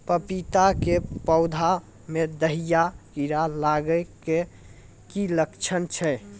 पपीता के पौधा मे दहिया कीड़ा लागे के की लक्छण छै?